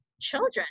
children